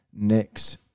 next